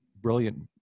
brilliant